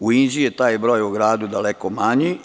U Inđiji je taj broj u gradu daleko manji.